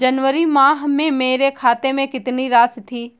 जनवरी माह में मेरे खाते में कितनी राशि थी?